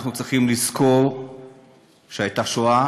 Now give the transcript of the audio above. אנחנו צריכים לזכור שהייתה שואה